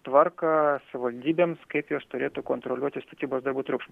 tvarką savivaldybėms kaip jos turėtų kontroliuoti statybos darbų triukšmą